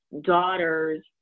daughters